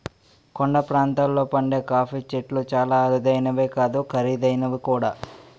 కొండ ప్రాంతాల్లో పండే కాఫీ చెట్లు చాలా అరుదైనవే కాదు ఖరీదైనవి కూడా